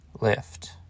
lift